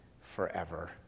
forever